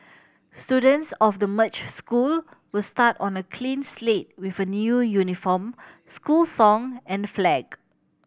students of the merged school will start on a clean slate with a new uniform school song and flag